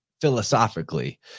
philosophically